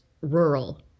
rural